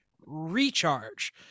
Recharge